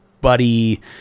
buddy